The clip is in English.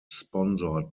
sponsored